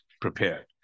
prepared